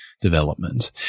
development